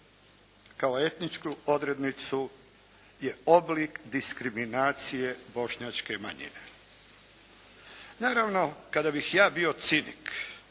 kao etničku odrednicu je oblik diskriminacije bošnjačke manjine. Naravno kada bih ja bio cinik